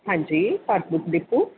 ਹਾਂਜੀ Bharat book depot